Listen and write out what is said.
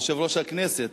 יושב-ראש הכנסת,